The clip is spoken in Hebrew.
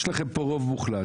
יש לכם פה רוב מוחלט,